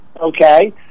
okay